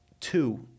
two